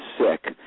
sick